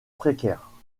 précaire